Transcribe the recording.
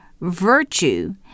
virtue